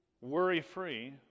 worry-free